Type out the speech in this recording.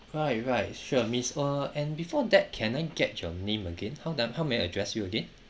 right right sure miss uh and before that can I get your name again how do I how may I address you again